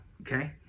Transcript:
okay